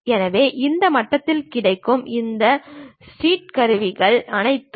எனவே இந்த மட்டத்தில் கிடைக்கும் இந்த ஸ்டீல்ஸ் கருவிகள் அனைத்தும்